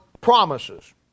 promises